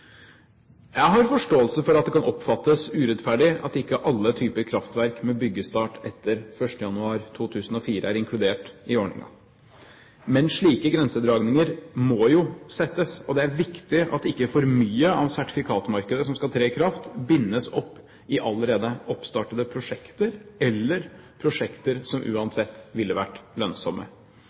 Jeg har forståelse for at det kan oppfattes urettferdig at ikke alle typer kraftverk med byggestart etter 1. januar 2004 er inkludert i ordningen. Men slike grensedragninger må jo gjøres, og det er viktig at ikke for mye av sertifikatmarkedet som skal tre i kraft, bindes opp i allerede oppstartede prosjekter eller prosjekter som uansett ville vært lønnsomme.